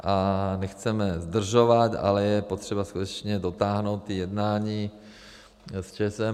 A nechceme zdržovat, ale je potřeba skutečně dotáhnout jednání s ČEZ.